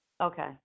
Okay